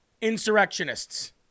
insurrectionists